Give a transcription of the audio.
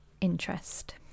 Interest